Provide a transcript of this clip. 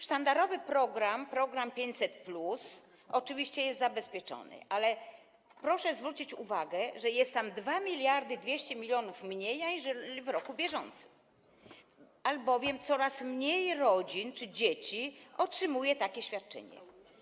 Sztandarowy program, program 500+, oczywiście jest zabezpieczony, ale proszę zwrócić uwagę, że jest tam 2200 mln mniej aniżeli w bieżącym roku, albowiem coraz mniej rodzin czy dzieci otrzymuje takie świadczenie.